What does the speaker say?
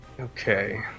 Okay